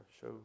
show